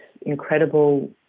incredible